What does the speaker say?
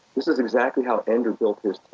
this is exactly how ender built his team.